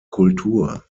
kultur